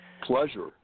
pleasure